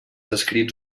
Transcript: escrits